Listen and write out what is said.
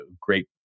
great